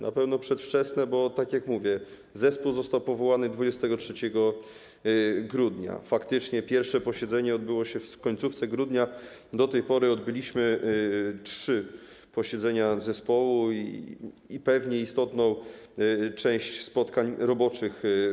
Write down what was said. Na pewno przedwczesne, bo, tak jak mówię, zespół został powołany 23 grudnia, faktycznie pierwsze posiedzenie odbyło się w końcówce grudnia, do tej pory odbyły się trzy posiedzenia zespołu i pewnie istotna część spotkań roboczych.